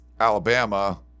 Alabama